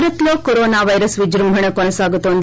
భారత్లో corona virus విజృంభణ కొనసాగుతోంది